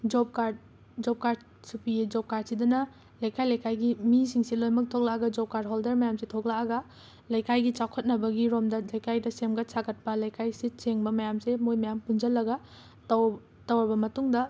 job card job ꯀꯥꯔꯠꯁꯨ ꯄꯤꯌꯦ job ꯀꯥꯔꯠꯁꯤꯗꯅ ꯂꯩꯀꯥꯏ ꯂꯩꯀꯥꯏꯒꯤ ꯃꯤꯁꯤꯡꯁꯦ ꯂꯣꯏꯅꯃꯛ ꯊꯣꯛꯂꯑꯒ ꯖꯣꯞ ꯀꯥꯔꯠ ꯍꯣꯜꯗꯔ ꯃꯌꯥꯝꯁꯦ ꯊꯣꯛꯂꯛꯑꯒꯥ ꯂꯩꯀꯥꯏꯒꯤ ꯆꯥꯎꯈꯠꯅꯕꯒꯤꯔꯣꯝꯗ ꯂꯩꯀꯥꯏꯗ ꯁꯦꯝꯒꯠ ꯁꯥꯒꯠꯄ ꯂꯩꯀꯥꯏ ꯁꯤꯠ ꯁꯦꯡꯕ ꯃꯌꯥꯝꯁꯦ ꯃꯣꯏ ꯃꯌꯥꯝ ꯄꯨꯟꯖꯜꯂꯒꯥ ꯇꯧ ꯇꯧꯔꯕ ꯃꯇꯨꯡꯗ